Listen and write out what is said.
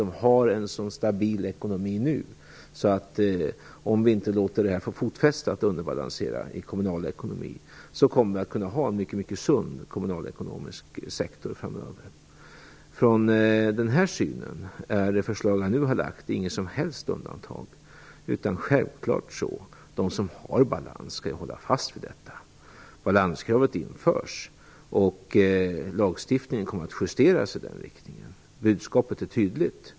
De har en så stabil ekonomi nu att vi, om vi inte låter detta med underbalansering få fotfäste i den kommunala ekonomin, kommer att kunna ha en mycket sund kommunalekonomisk sektor framöver. Det förslag jag nu lagt fram är inget som helst undantag från den synen. Självklart är det så att de som har balans skall hålla fast vid detta. Balanskravet införs, och lagstiftningen kommer att justeras i den riktningen. Budskapet är tydligt.